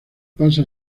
pasa